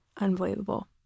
unbelievable